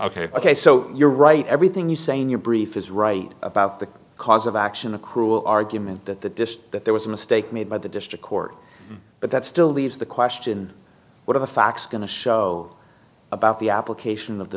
ok ok so you're right everything you say in your brief is right about the cause of action a cruel argument that the decision that there was a mistake made by the district court but that still leaves the question what are the facts going to show about the application of the